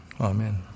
Amen